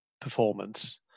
performance